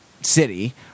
city